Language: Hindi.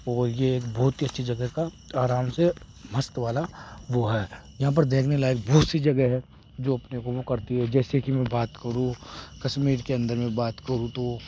और यह एक बहुत ही अच्छी जगह का आराम से मस्त वाला वो है यहाँ पर देखने लायक बहुत सी जगह है जो अपने को वो करती है जैसे कि मैं बात करूँ कश्मीर के अंदर मैं बात करूँ तो